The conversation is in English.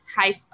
type